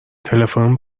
تلفن